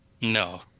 No